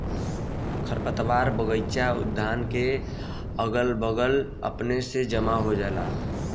खरपतवार बगइचा उद्यान के अगले बगले अपने से जम जाला